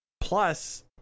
Plus